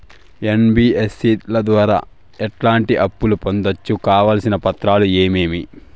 NBFC ల ద్వారా ఎట్లాంటి అప్పులు పొందొచ్చు? కావాల్సిన పత్రాలు ఏమేమి?